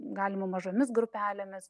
galima mažomis grupelėmis